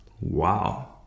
Wow